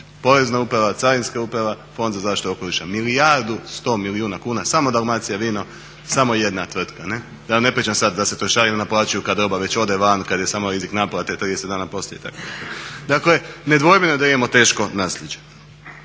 porezna uprava, carinska uprava, Fond za zaštitu okoliša, milijardu sto milijuna kuna samo Dalmacija vino, samo jedna tvrtka. Da vam ne pričam sad da se trošarine naplaćuju kada roba već ode van, kad je samo rizik naplate, 30 dana poslije itd. Dakle, nedvojbeno je da imamo teško nasljeđe.